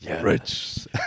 Rich